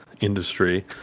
industry